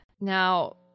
now